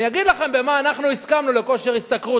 אני אגיד לכם במה אנחנו הסכמנו ב"כושר השתכרות",